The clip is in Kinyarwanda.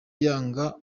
yanga